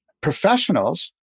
professionals